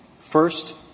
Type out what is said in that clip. First